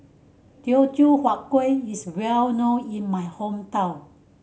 Teochew Huat Kueh is well known in my hometown